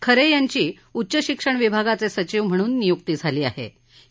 खर ्यांची उच्चशिक्षण विभागाच ्ञिचिव म्हणून नियुक्ती झाली आह आ